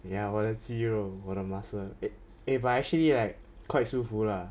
ya 我的肌肉我的 muscle eh eh but actually like quite 舒服 lah